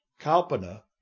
kalpana